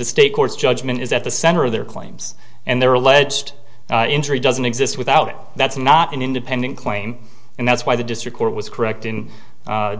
the state court's judgment is that the center of their claims and their alleged injury doesn't exist without that's not an independent claim and that's why the district court was correct in